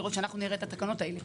כדי שאנחנו נראה את התקנות הללו.